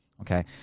Okay